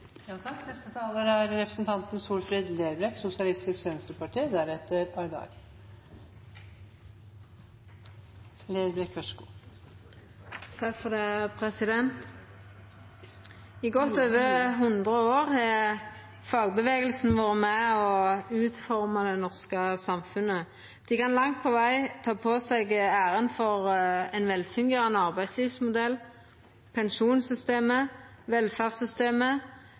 Representanten Per Olaf Lundteigen har tatt opp forslaget han viste til. I godt over 100 år har fagrørsla vore med og utforma det norske samfunnet. Dei kan langt på veg ta på seg æra for ein velfungerande arbeidslivsmodell, pensjonssystemet, velferdssystemet